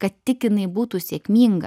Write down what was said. kad tik jinai būtų sėkminga